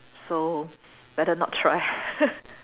so better not try